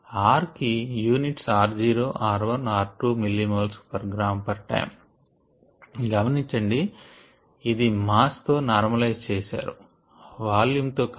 r కి units r0 r1 r2 millimole గ్రాటైమ్ గమనించండి ఇది మాస్ తో నార్మలైజ్ చేశారు వాల్యూమ్ తో కాదు